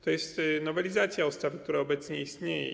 To jest nowelizacja ustawy, która obecnie istnieje.